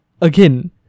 again